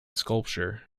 sculpture